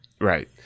Right